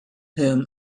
him